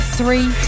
three